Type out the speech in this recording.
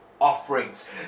offerings